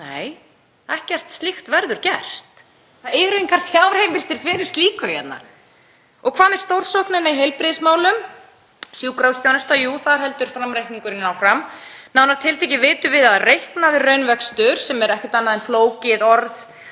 Nei, ekkert slíkt verður gert. Það eru engar fjárheimildir fyrir slíku hérna. Og hvað með stórsóknina í heilbrigðismálum? Sjúkrahúsþjónusta, jú, þar heldur framreikningurinn áfram. Nánar tiltekið vitum við að reiknaður raunvöxtur, sem er ekkert annað en flókið